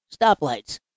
stoplights